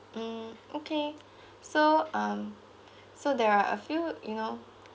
mm okay so um so there are a few you know